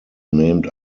named